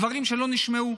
דברים שלא נשמעו.